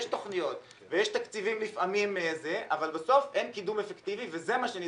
יש תכניות ולפעמים יש תקציבים אבל בסוף אין קידום אפקטיבי וזה מה שנדרש.